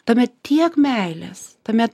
tame tiek meilės tame